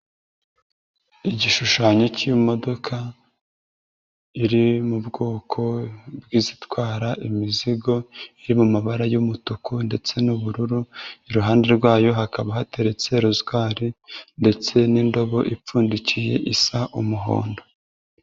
Igishushanyo k'imodoka iri mu bwoko bw'izitwara imizigo, iri mu mabara y'umutuku ndetse n'ubururu, iruhande rwayo hakaba hateretse rozwari ndetse n'indobo ipfundikiye isa umuhondo.